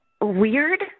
weird